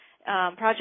Project